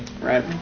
right